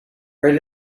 right